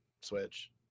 Switch